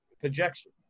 projection